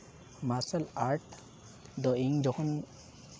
ᱢᱟᱨᱥᱟᱞ ᱟᱨᱴ ᱫᱚ ᱤᱧ ᱡᱚᱠᱷᱚᱱ